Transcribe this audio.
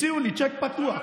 הציעו לי צ'ק פתוח.